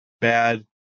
bad